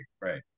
Right